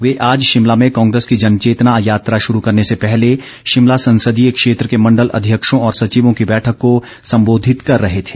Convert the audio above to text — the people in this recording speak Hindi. वे आज शिमला में कांग्रेस की जनचेतना यात्रा शरू करने से पहले शिमला संसदीय क्षेत्र के मंडल अध्यक्षों और सचिवों की बैठक को संबोधित कर रहे थे